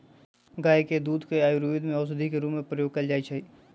गाय के दूध के आयुर्वेद में औषधि के रूप में प्रयोग कएल जाइ छइ